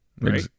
right